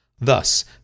Thus